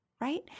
Right